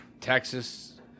Texas